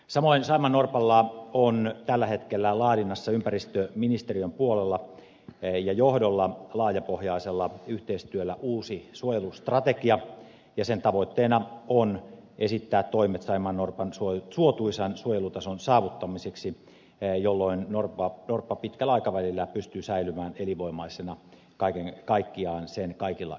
samoin on tällä hetkellä laadinnassa ympäristöministeriön puolella ja johdolla laajapohjaisella yhteistyöllä saimaannorpalle uusi suojelustrategia ja sen tavoitteena on esittää toimet saimaannorpan suotuisan suojelutason saavuttamiseksi jolloin norppa pitkällä aikavälillä pystyy säilymään elinvoimaisena kaiken kaikkiaan kaikilla esiintymisalueillaan